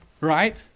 Right